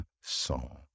song